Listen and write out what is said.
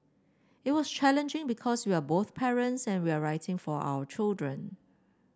it was challenging because we are both parents and we are writing for our children